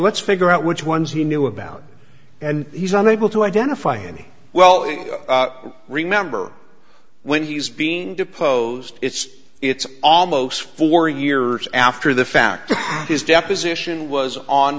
let's figure out which ones he knew about and he's unable to identify any well remember when he's being deposed it's it's almost four years after the fact his deposition was on